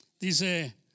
Dice